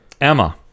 emma